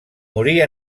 morir